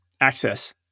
access